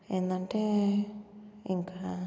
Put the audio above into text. ఏందంటే ఇంకా